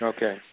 Okay